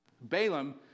Balaam